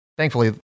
Thankfully